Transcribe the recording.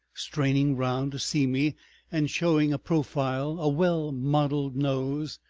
straining round to see me and showing a profile, a well-modeled nose,